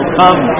come